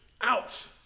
out